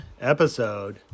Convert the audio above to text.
episode